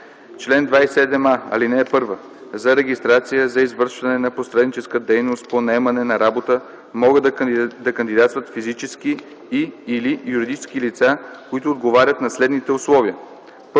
„Чл. 27а. (1) За регистрация за извършване на посредническа дейност по наемане на работа могат да кандидатстват физически и/или юридически лица, които отговарят на следните условия: